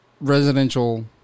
residential